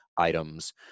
items